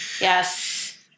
Yes